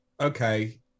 okay